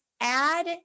add